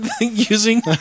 Using